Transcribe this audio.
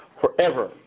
forever